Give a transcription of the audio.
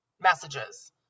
messages